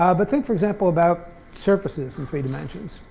um but think, for example, about surfaces in three dimensions.